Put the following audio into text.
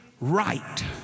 right